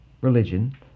religion